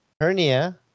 Hernia